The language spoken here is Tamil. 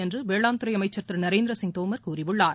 என்று வேளாண்துறை அமைச்சர் திரு நரேந்திர சிங் தோமர் கூறியுள்ளார்